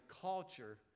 culture